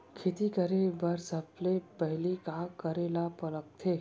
खेती करे बर सबले पहिली का करे ला लगथे?